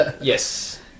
yes